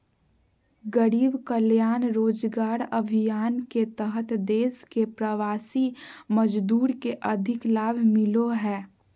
गरीब कल्याण रोजगार अभियान के तहत देश के प्रवासी मजदूर के अधिक लाभ मिलो हय